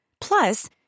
Plus